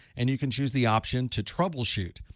and you can choose the option to troubleshoot.